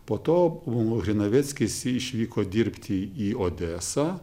po to buvo grinaveckis išvyko dirbti į odesą